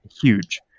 huge